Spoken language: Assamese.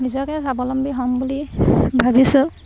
নিজকে স্বাৱলম্বী হ'ম বুলি ভাবিছোঁ